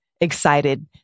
excited